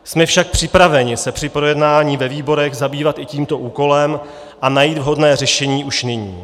Jsme však připraveni se při projednávání ve výborech zabývat i tímto úkolem a najít vhodné řešení už nyní.